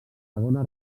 segona